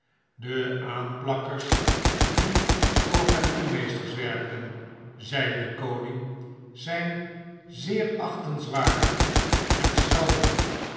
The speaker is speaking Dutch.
de aanplakkers die voor venduraeesters werken zeide de koning zijn zeer achtenswaardig en schrander